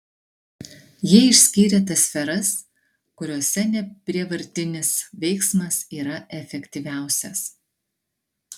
jie išskyrė tas sferas kuriose neprievartinis veiksmas yra efektyviausias